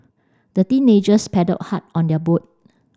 the teenagers paddled hard on their boat